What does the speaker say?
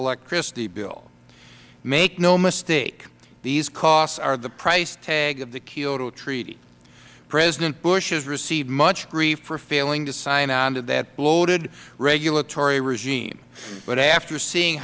electricity bill make no mistake these costs are the price tag of the kyoto treaty president bush has received much grief for failing to sign on to that bloated regulatory regime but after seeing